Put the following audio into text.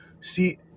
see